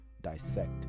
dissect